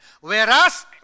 whereas